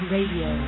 Radio